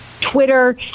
Twitter